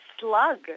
slug